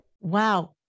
wow